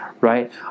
right